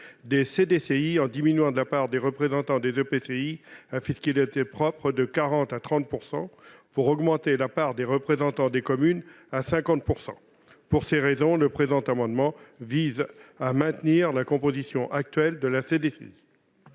des CDCI en diminuant la part des représentants des EPCI à fiscalité propre à 30 % pour augmenter la part des représentants des communes à 50 %. Pour toutes ces raisons, cet amendement vise à conserver la composition actuelle de la CDCI.